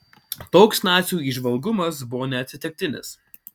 toks nacių įžvalgumas buvo neatsitiktinis